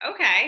Okay